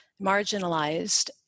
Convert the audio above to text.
marginalized